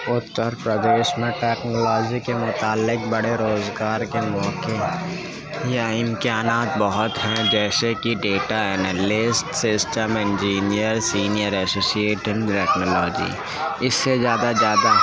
اتر پردیش میں ٹیکنالوجی کے متعلق بڑے روزگار کے موقعے ہیں یہاں امکانات بہت ہیں جیسے کہ data analyst system engineer senior associate and technology اس سے زیادہ زیادہ